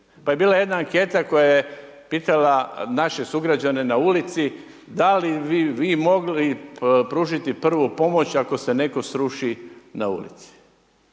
Pa je bila jedna anketa koja je pitala naše sugrađane na ulici da li bi vi mogli pružiti prvu pomoć ako se netko sruši na ulici?